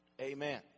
Amen